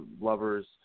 lovers